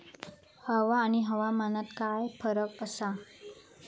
हवा आणि हवामानात काय फरक असा?